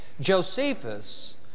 Josephus